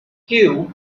hugh